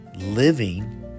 living